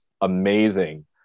amazing